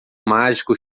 mágico